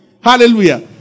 Hallelujah